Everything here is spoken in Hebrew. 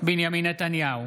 בנימין נתניהו,